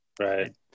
right